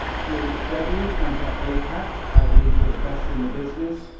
to debbie and to acat, i believe you're the best in the business,